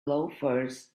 loafers